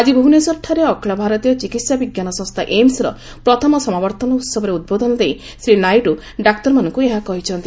ଆଜି ଭୁବନେଶ୍ୱରଂାରେ ଅଖିଳ ଭାରତୀୟ ଚିକିତ୍ସା ବିଜ୍ଞାନ ସଂସ୍ଥା ଏମ୍ସର ପ୍ରଥମ ସମାବର୍ତ୍ତନ ଉତ୍ବୋଧନ ଦେଇ ଶ୍ରୀ ନାଇଡୁ ଡାକ୍ତରମାନଙ୍କୁ ଏହା କହିଛନ୍ତି